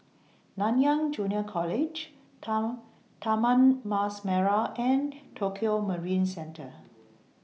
Nanyang Junior College Tao Taman Mas Merah and Tokio Marine Centre